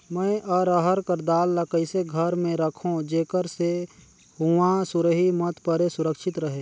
मैं अरहर कर दाल ला कइसे घर मे रखों जेकर से हुंआ सुरही मत परे सुरक्षित रहे?